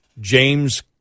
James